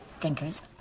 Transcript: drinkers